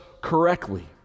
correctly